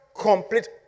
complete